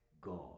god